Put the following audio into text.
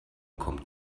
kommt